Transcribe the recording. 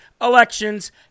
elections